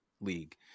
league